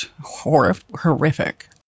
horrific